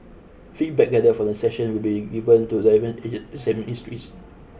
feedback gathered from the session will be given to the relevant agencies and ministries